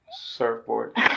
surfboard